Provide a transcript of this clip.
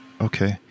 Okay